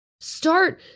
Start